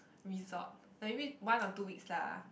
resort maybe one or two weeks lah